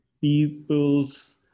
people's